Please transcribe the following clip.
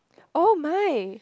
oh my